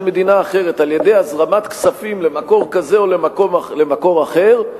מדינה אחרת על-ידי הזרמת כספים למקור כזה או למקור אחר,